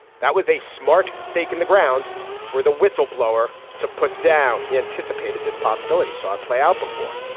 that was a smart stake in the ground for the whistleblower to put down. he anticipated this possibility saw play out before.